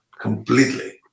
completely